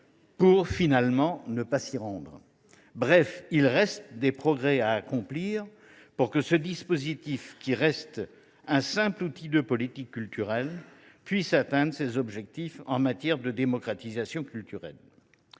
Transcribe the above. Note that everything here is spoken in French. pour, finalement, ne pas s’y rendre. Bref, des progrès restent à accomplir pour que ce dispositif, qui demeure un simple outil de politique culturelle, puisse atteindre ses objectifs en matière de démocratisation culturelle.